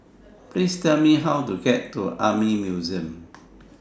Please Tell Me How to get to Army Museum